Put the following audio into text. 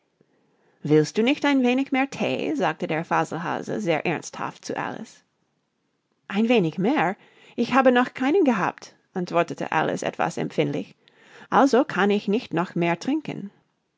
willst du nicht ein wenig mehr thee sagte der faselhase sehr ernsthaft zu alice ein wenig mehr ich habe noch keinen gehabt antwortete alice etwas empfindlich also kann ich nicht noch mehr trinken